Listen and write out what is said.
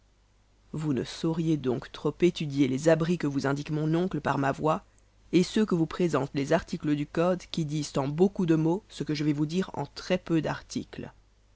vous ne sauriez donc trop étudier les abris que vous indique mon oncle par ma voix et ceux que vous présentent les articles du code qui disent en beaucoup de mots ce que je vais vous dire en très-peu d'articles